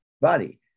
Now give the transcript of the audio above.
body